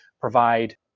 provide